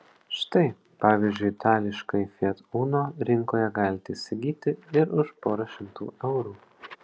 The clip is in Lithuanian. štai pavyzdžiui itališkąjį fiat uno rinkoje galite įsigyti ir už porą šimtų eurų